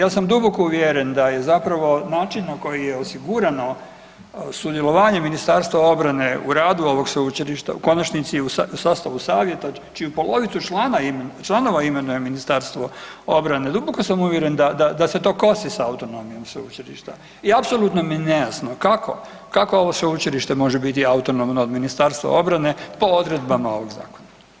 Ja sam duboko uvjeren da je zapravo način na koji je osigurano sudjelovanje Ministarstva obrane u radu ovog sveučilišta u konačnici i u sastavu savjeta čiji polovicu članova imenuje Ministarstvo obrane, duboko sam uvjeren da se to kosi sa autonomijom sveučilišta i apsolutno mi je nejasno kako, kako ovo sveučilište može biti autonomno od Ministarstva obrane po odredbama ovog zakona.